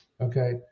okay